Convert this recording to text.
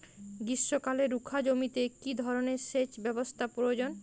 গ্রীষ্মকালে রুখা জমিতে কি ধরনের সেচ ব্যবস্থা প্রয়োজন?